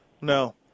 No